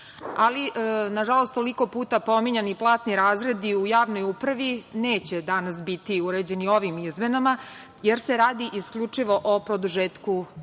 zvanju, ali toliko puta pominjani platni razredi u javnoj upravi neće danas biti uređeni ovim izmenama, jer se radi isključivo o produžetku rokova.